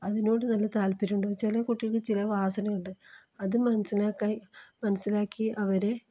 അതിനോട് നല്ല താൽപ്പര്യം ഉണ്ടാവും ചില കുട്ടികൾക്ക് ചില വാസനയുണ്ട് അത് മനസ്സിലാക്കാൻ മനസ്സിലാക്കി അവരെ